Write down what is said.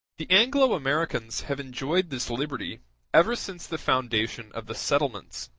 the anglo-americans have enjoyed this liberty ever since the foundation of the settlements